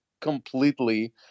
completely